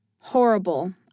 Horrible